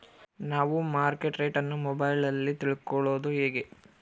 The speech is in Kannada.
ನಾವು ಮಾರ್ಕೆಟ್ ರೇಟ್ ಅನ್ನು ಮೊಬೈಲಲ್ಲಿ ತಿಳ್ಕಳೋದು ಹೇಗೆ?